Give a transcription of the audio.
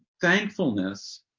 Thankfulness